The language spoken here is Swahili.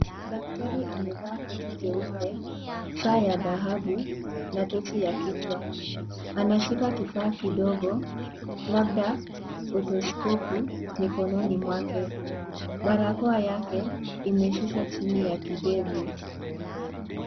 Daktari amevaa koti jeupa, saa ya dhahabu na tochi ya kichwa. Anashika kifaa kidogo labda autoskopu mikononi mwake. Barakoa yake imeshushwa chini ya kidevu.